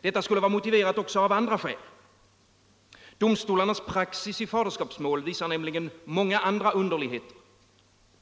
Detta skulle vara motiverat också av andra skäl. Domstolarnas praxis i faderskapsmål visar nämligen många andra undcrlighétér.